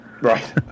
Right